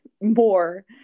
more